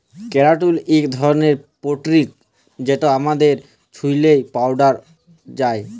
ক্যারাটিল ইক ধরলের পোটিল যেট আমাদের চুইলে পাউয়া যায়